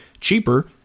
cheaper